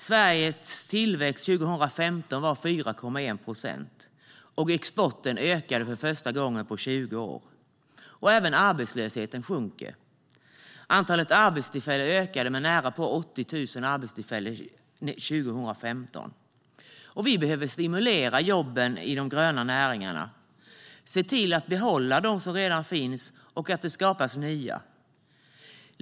Sveriges tillväxt 2015 var 4,1 procent, och exporten ökade för första gången på 20 år. Och arbetslösheten sjunker. Antalet arbetstillfällen ökade med nära 80 000 år 2015. Och vi behöver stimulera jobben i de gröna näringarna, se till att behålla dem som redan finns och att det skapas nya.